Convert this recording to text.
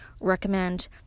recommend